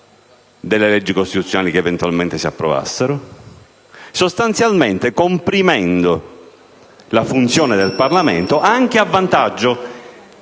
delle leggi costituzionali che eventualmente si approvassero; sostanzialmente comprimendo la funzione del Parlamento, anche a vantaggio